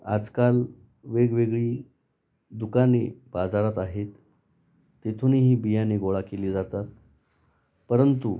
आजकाल वेगवेगळी दुकाने बाजारात आहेत तेथूनही बियाणे गोळा केली जातात परंतु